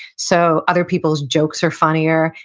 so other people's jokes are funnier,